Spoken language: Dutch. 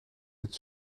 het